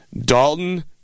Dalton